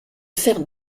faire